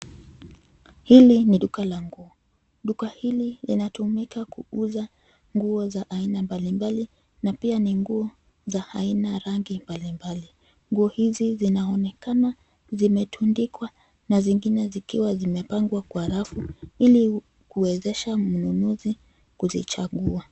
Hili ni duka la nguo. Duka hili linatumika kuuza nguo za aina mbalimbali na pia ni nguo za aina rangi mbalimbali. Nguo hizi zinaonekana zimetundikwa na zingine zikiwa zimepangwa kwa rafu ili kuwezesha mnunuzi kuzichagua.